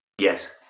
Yes